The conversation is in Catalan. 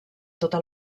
tota